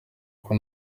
kuko